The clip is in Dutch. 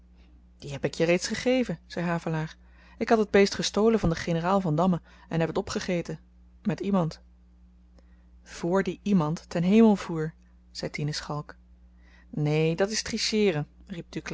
die heb ik je reeds gegeven zei havelaar ik had het beest gestolen van den generaal vandamme en heb t opgegeten met iemand voor die iemand ten hemel voer zei tine schalk neen dat is